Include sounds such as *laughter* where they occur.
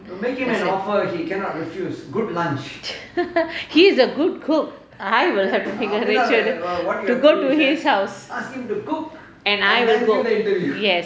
*laughs* he's a good cook I will have to figure an arrangement to go to his house and I will go yes